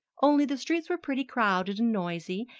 only the streets were pretty crowded and noisy,